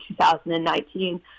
2019